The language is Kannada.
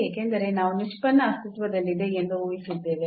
ಏಕೆಂದರೆ ನಾವು ನಿಷ್ಪನ್ನ ಅಸ್ತಿತ್ವದಲ್ಲಿದೆ ಎಂದು ಊಹಿಸಿದ್ದೇವೆ